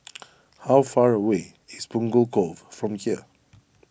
how far away is Punggol Cove from here